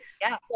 Yes